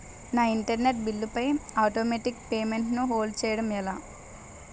నా internet bill పై automatic payment ను హోల్డ్ చేయటం ఎలా?